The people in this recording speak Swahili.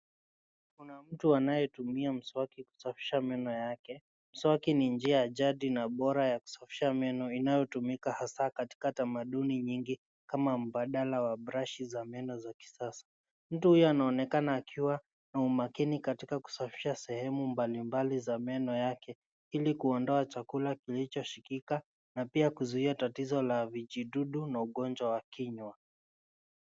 Kuna mtu anayetumia mswaki kusafisha meno yake. Mswaki ni njia ya jadi na bora ya kusafisha meno inayotumika hasa katika tamaduni nyingi kama mbadala wa brashi za meno za kisasa. Mtu huyu anaonekana akiwa na umakini katika kusafisha sehemu mbalimbali za meno yake ili kuondoa chakula kilichoshikika na pia kuzuia tatizo la vijidudu na ugonjwa wa kinywa.